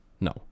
No